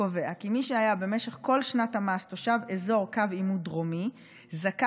קובעת כי מי שהיה במשך כל שנת המס תושב אזור קו עימות דרומי זכאי